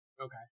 Okay